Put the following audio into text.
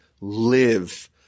live